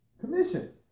Commission